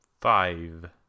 Five